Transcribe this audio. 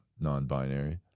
non-binary